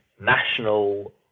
national